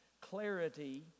Clarity